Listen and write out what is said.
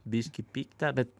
biškį pikta bet